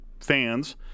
fans